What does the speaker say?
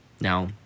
Now